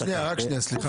רק שנייה, סליחה.